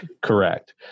correct